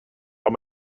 how